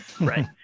right